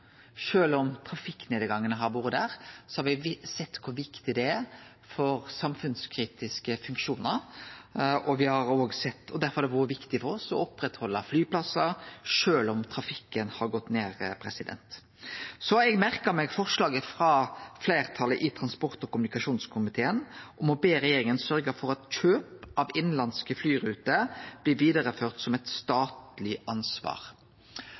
kor viktig det er for samfunnskritiske funksjonar, og derfor har det vore viktig for oss å oppretthalde flyplassar sjølv om trafikken har gått ned. Så har eg merka meg forslaget frå fleirtalet i transport- og kommunikasjonskomiteen om å be regjeringa sørgje for at kjøp av innanlandske flyruter blir vidareført som eit statleg ansvar.